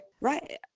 right